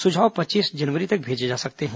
सुझाव पच्चीस जनवरी तक भेजे जा सकते हैं